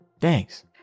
thanks